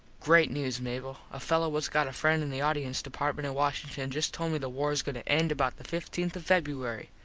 great news, mable. a fello whats got a friend in the audience department in washington just told me the wars goin to end about the fifteenth of feb.